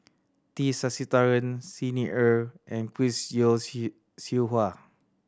T Sasitharan Xi Ni Er and Chris Yeo Siew Hua